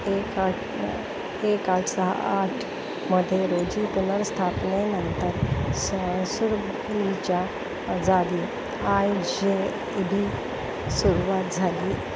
एक आठ एक आठ सहा आठमध्ये रोजी पुनर्स्थापनेनंतर स जागी आय जे ई डी सुरुवात झाली